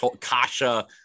kasha